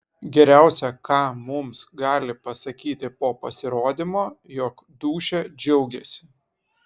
geriausia ką mums gali pasakyti po pasirodymo jog dūšia džiaugėsi